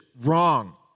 Wrong